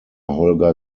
holger